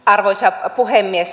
arvoisa puhemies